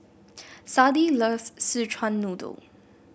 Sadie loves Szechuan Noodle